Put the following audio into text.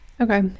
Okay